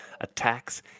attacks